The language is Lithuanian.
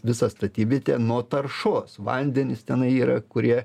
visą statybvietę nuo taršos vandenys tenai yra kurie